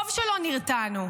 טוב שלא נרתענו.